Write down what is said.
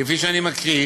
כפי שאני מקריא,